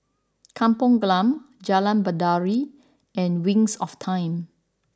Kampung Glam Jalan Baiduri and Wings of Time